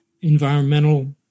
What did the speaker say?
environmental